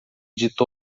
dito